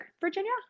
Virginia